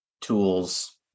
tools